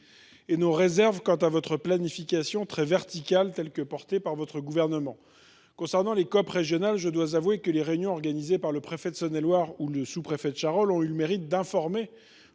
que nos réserves quant à la planification très verticale mise en place par votre gouvernement. Concernant les COP régionales, je dois avouer que les réunions organisées par le préfet de Saône et Loire et le sous préfet de Charolles ont eu le mérite d’informer